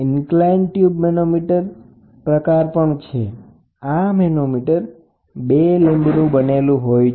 inclined tube manometer બે લીમ્બનું બનેલું હોય છે